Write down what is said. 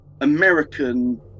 American